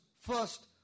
first